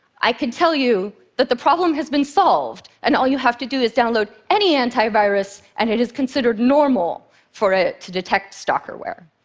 i could tell you that the problem has been solved, and all you have to do is download any antivirus and it is considered normal for it to detect stalkerware.